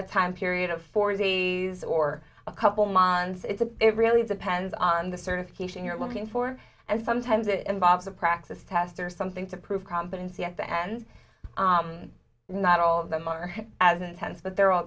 a time period of four days or a couple months it's a it really depends on the certification you're looking for and sometimes it involves a practice test or something to prove competency i think and not all of them are as intense but they're all